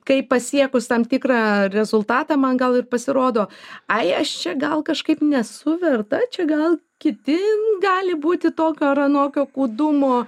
kai pasiekus tam tikrą rezultatą man gal ir pasirodo ai aš čia gal kažkaip nesu verta čia gal kiti gali būti tokio ar anokio kūdumo